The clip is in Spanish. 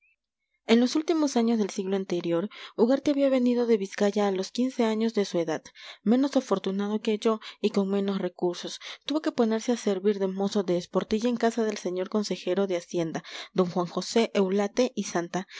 en los últimos años del siglo anterior ugarte había venido de vizcaya a los años de su edad menos afortunado que yo y con menos recursos tuvo que ponerse a servir de mozo de esportilla en casa del señor consejero de hacienda d juan josé eulate y santa